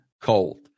Cold